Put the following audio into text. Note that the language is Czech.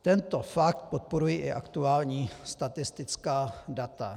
Tento fakt podporují i aktuální statistická data.